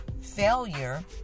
failure